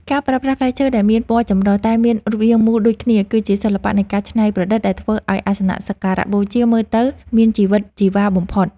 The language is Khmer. ការប្រើប្រាស់ផ្លែឈើដែលមានពណ៌ចម្រុះតែមានរូបរាងមូលដូចគ្នាគឺជាសិល្បៈនៃការច្នៃប្រឌិតដែលធ្វើឱ្យអាសនៈសក្ការៈបូជាមើលទៅមានជីវិតជីវ៉ាបំផុត។